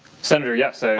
senator, yes. so